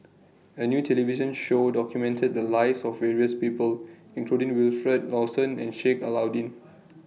A New television Show documented The Lives of various People including Wilfed Lawson and Sheik Alau'ddin